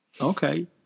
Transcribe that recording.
Okay